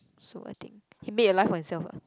so I think he made a life for himself